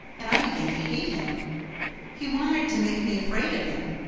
and i began to hate him he wanted to make me afraid of him,